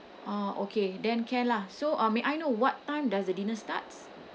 uh okay then can lah so uh may I know what time does the dinner starts